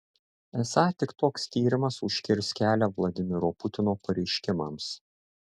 esą tik toks tyrimas užkirs kelią vladimiro putino pareiškimams